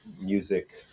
music